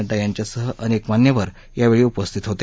नड्डा यांच्यासह अनेक मान्यवर यावेळी उपस्थित होते